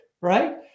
right